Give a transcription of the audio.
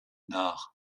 nach